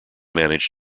managed